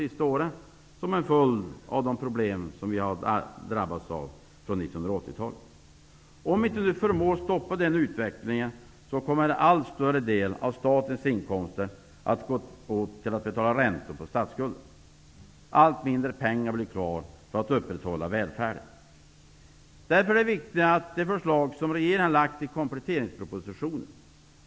Antalet utbildningsplatser inom såväl gymnasieskola som universitet och högskolor utökas mycket kraftigt. Forskningen har fått ökade resurser. En allmän stärkt kompetens förser vår viktigaste resurs, det mänskliga kapitalet, med goda kunskaper för att Sverige fortsättningsvis skall vara en framgångsrik välfärdsnation.